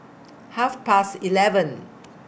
Half Past eleven